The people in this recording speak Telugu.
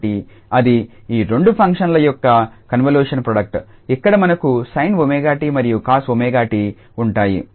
కాబట్టి అది ఈ రెండు ఫంక్షన్ల యొక్క కన్వల్యూషన్ ప్రోడక్ట్ ఇక్కడ మనకు sin𝜔𝑡 మరియు cos𝜔𝑡 ఉంటాయి